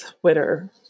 Twitter